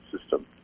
system